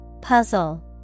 Puzzle